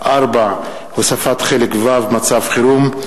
4. הוספת חלק ו': מצב חירום,